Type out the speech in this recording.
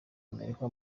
amerika